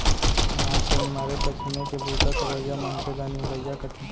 अनाज के निमारे पछीने के बूता करवइया मनसे ल निमरइया कथें